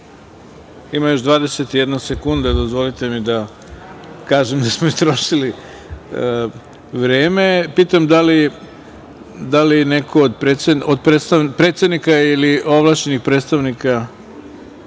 ima još 21 sekunda, dozvolite mi da kažem da smo istrošili vreme. Pitam da li neko od predsednika ili ovlašćenih predstavnika